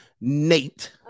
Nate